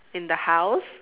in the house